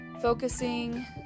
Focusing